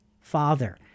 father